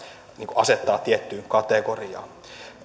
asettaa tiettyyn kategoriaan